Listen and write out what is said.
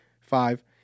five